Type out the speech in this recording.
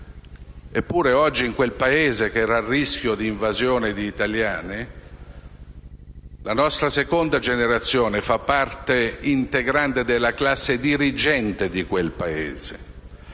Eppure oggi in quel Paese, che era a rischio di invasione di italiani, la nostra seconda generazione fa parte integrante della classe dirigente: oggi i